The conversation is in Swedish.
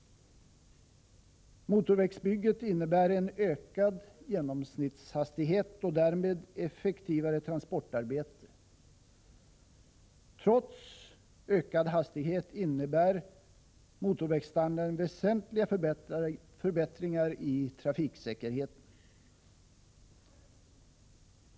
Motorvägsbygget innebär en ökad genomsnittshastighet och därmed effektivare transportarbete. Trots ökad hastighet medför motorvägsstandarden väsentliga förbättringar i trafiksäkerheten.